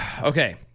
Okay